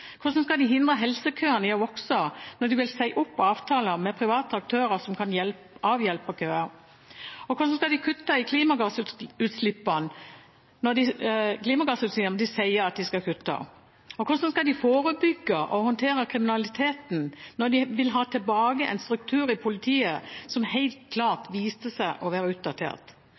Hvordan skal de hindre helsekøene i å vokse når de vil si opp avtaler med private aktører som kan avhjelpe køer? Hvordan skal de kutte i klimagassutslippene de sier at de skal kutte? Hvordan skal de forebygge og håndtere kriminalitet når de vil ha tilbake en struktur i politiet som helt klart viste seg å være utdatert?